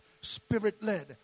spirit-led